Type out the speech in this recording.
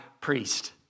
priest